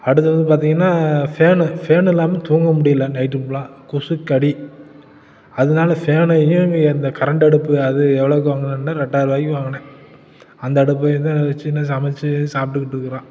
அடுத்தது பார்த்தீங்கன்னா fan fan இல்லாமல் தூங்க முடியல நைட்டு ஃபுல்லாக கொசுக்கடி அதனால ஃபேனு கீனு இந்த கரண்ட் அடுப்பு அது எவ்வளோக்கு வாங்குனேன்னால் ரெண்டாயிரம் ரூபாய்க்கி வாங்கினேன் அந்த அடுப்பைதான் நான் வச்சுன்னு சமைத்து சாப்பிட்டுக்கிட்டு இருக்கிறோம்